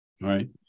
right